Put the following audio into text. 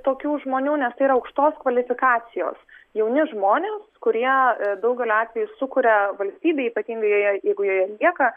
tokių žmonių nes tai yra aukštos kvalifikacijos jauni žmonės kurie daugeliu atvejų sukuria valstybei ypatingai jeigu jie lieka